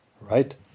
Right